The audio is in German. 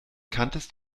kanntest